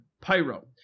Pyro